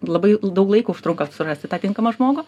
labai daug laiko užtrunka surasti tą tinkamą žmogų